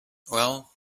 well